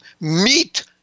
meet